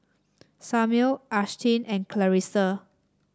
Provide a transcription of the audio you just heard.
Samir Ashtyn and Clarissa